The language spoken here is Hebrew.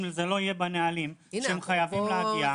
אם זה לא יהיה בנהלים שהם חייבים להגיע --- זה